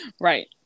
right